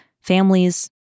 families